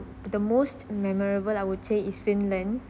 the most memorable I would say is finland